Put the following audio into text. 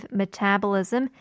metabolism